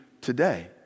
today